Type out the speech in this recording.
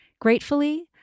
Gratefully